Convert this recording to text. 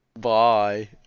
Bye